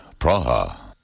Praha